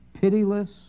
pitiless